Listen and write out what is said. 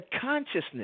consciousness